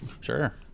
Sure